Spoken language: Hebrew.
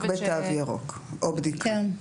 רק בתו ירוק או בדיקה.